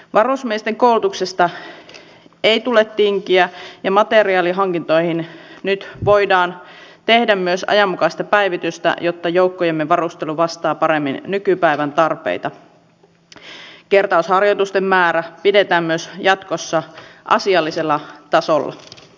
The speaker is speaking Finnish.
kun itse oli silloin oppositiossa ja seurasi silloisen hallituksen lainvalmistelua niin en minä näe hirveän isoa eroa että tässä olisi mikään kulttuurimuutos tapahtunut että se olisi nyt jotenkin erityisen huonoa päinvastoin